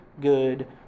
good